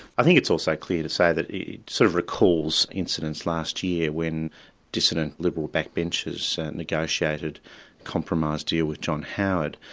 i think it's also clear to say that it sort of recalls incidents last year when dissident liberal backbenchers negotiated a compromise deal with john howard,